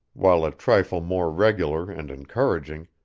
while a trifle more regular and encouraging,